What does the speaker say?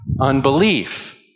Unbelief